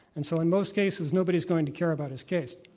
and so in most cases nobody's going to care about his case.